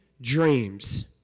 dreams